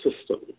system